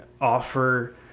offer